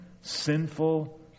sinful